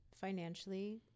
financially